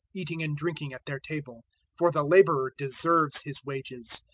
eating and drinking at their table for the labourer deserves his wages.